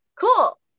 cool